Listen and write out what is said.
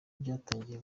byatangiye